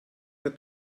der